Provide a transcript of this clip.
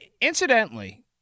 Incidentally